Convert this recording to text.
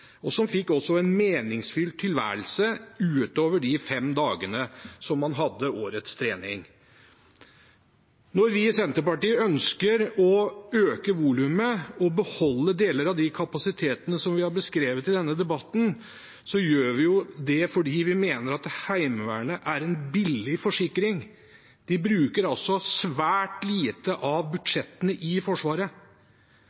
og som også fikk en meningsfylt tilværelse utover de fem dagene som man hadde årets trening. Når vi i Senterpartiet ønsker å øke volumet og beholde deler av de kapasitetene som vi har beskrevet i denne debatten, gjør vi det fordi vi mener at Heimevernet er en billig forsikring. De bruker svært lite av